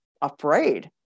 afraid